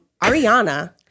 Ariana